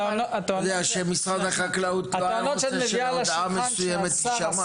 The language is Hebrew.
אתה יודע שמשרד החקלאות --- מסוימת שמע אז הוא היה אוסר על הבחירות.